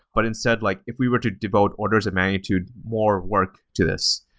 but, instead, like if we were to devote orders of magnitude more work to this,